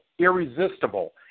irresistible